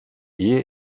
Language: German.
ehe